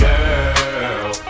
Girl